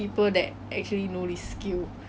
yes yes I I heard of it